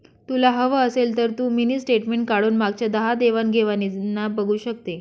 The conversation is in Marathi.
तुला हवं असेल तर तू मिनी स्टेटमेंट काढून मागच्या दहा देवाण घेवाणीना बघू शकते